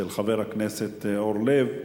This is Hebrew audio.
אצל חבר הכנסת אורלב,